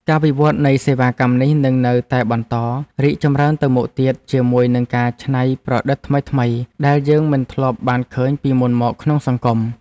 ការវិវត្តនៃសេវាកម្មនេះនឹងនៅតែបន្តរីកចម្រើនទៅមុខទៀតជាមួយនឹងការច្នៃប្រឌិតថ្មីៗដែលយើងមិនធ្លាប់បានឃើញពីមុនមកក្នុងសង្គម។